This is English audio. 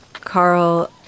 Carl